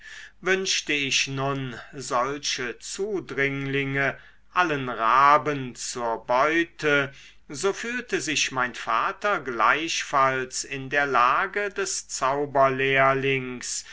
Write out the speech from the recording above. wünschte ich nun solche zudringlinge allen raben zur beute so fühlte sich mein vater gleichfalls in der lage des zauberlehrlings